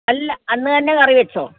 അല്ല അന്ന് തന്നെ കറി വെച്ചോ